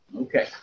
Okay